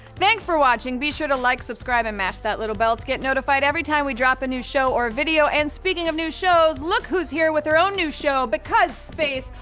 thanks for watching, be sure to like, subscribe, and mash that little bell to get notified every time we drop a new show or video and speaking of new shows, look who's here with her own new show because space,